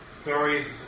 stories